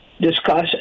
discuss